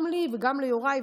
גם לי וגם ליוראי,